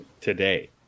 today